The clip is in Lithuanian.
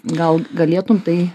gal galėtum tai